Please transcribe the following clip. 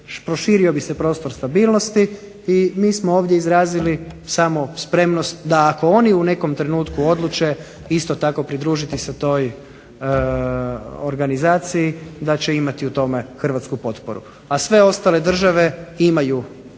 Proširio bi se prostor stabilnosti i mi smo ovdje izrazili samo spremnost da ako oni u nekom trenutku odluče isto tako pridružiti se toj organizaciji da će imati u tome hrvatsku potporu. A sve ostale države imaju taj